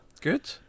good